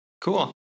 Cool